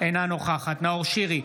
אינה נוכחת נאור שירי,